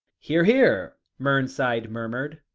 hear, hear mernside murmured,